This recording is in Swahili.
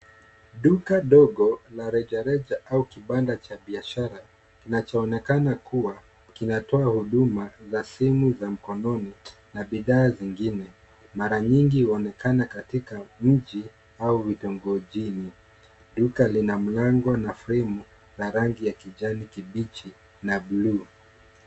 Duka dogo la rejareja au kibanda cha biashara kinachoonekana kuwa kinatoa huduma la simu za mkononi na bidhaa zingine mara nyingi huonekana katika mji au vitongojini. Duka lina mlango na fremu la rangi ya kijani kibichi na bluu.